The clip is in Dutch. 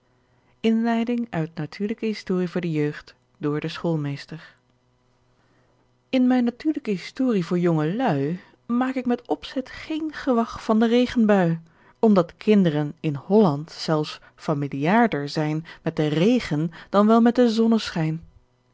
den schoolmeester natuurlijke historie voor de jeugd inleiding in mijn natuurlijke historie voor jonge lui maak ik met opzet geen gewach van de regenbui om dat kinderen in holland zelfs familiaarder zijn met den regen dan wel met den zonneschijn